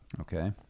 Okay